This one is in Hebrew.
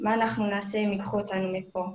מה אנחנו נעשה אם ייקחו אותנו מפה?